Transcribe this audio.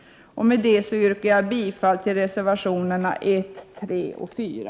Med det anförda yrkar jag bifall till reservationerna 1,3 och 4.